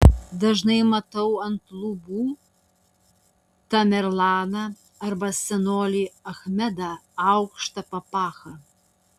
dažnai matau ant lubų tamerlaną arba senolį achmedą aukšta papacha